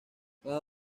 cada